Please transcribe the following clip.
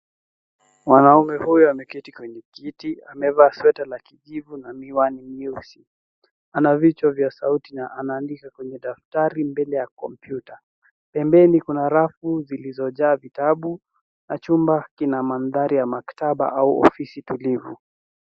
Mwanume huyu ameketi kwenye kiti, amevaa sweta ya kijivu na miwani meusi. Ana vichwa vya sauti na anaandika kwenye daftari mbele ya kompyuta. Pembeni kuna rafu zilizojaa vitabu na chumba kina mandhari ya maktaba au ofisi tulivu.